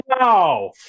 Wow